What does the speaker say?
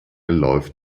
läuft